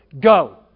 Go